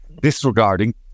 disregarding